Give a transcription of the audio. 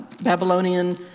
Babylonian